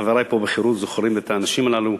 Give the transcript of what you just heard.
חברי פה בחרות זוכרים את האנשים הללו.